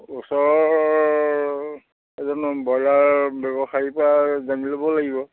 ওচৰ এজন ব্ৰইলাৰ ব্যৱসায়ী পৰা জানি ল'ব লাগিব